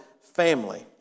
family